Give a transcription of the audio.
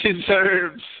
deserves